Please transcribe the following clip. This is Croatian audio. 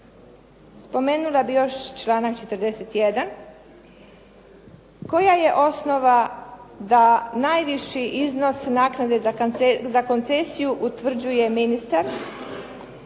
Spomenula bih još članak 41. koja je osnova da najviši iznos naknade za koncesiju utvrđuje ministar